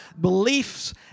beliefs